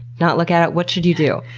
not look at it? what should you do?